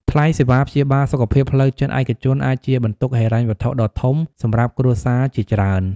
ថ្លៃសេវាព្យាបាលសុខភាពផ្លូវចិត្តឯកជនអាចជាបន្ទុកហិរញ្ញវត្ថុដ៏ធំសម្រាប់គ្រួសារជាច្រើន។